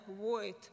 void